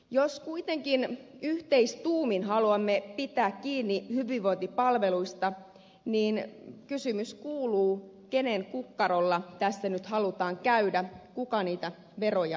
jos kuitenkin yhteistuumin haluamme pitää kiinni hyvinvointipalveluista niin kysymys kuuluu kenen kukkarolla tässä nyt halutaan käydä kuka niitä veroja oikein korottaa ja mistä